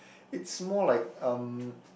it's more like um